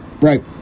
Right